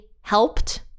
helped